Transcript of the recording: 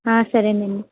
సరేనండి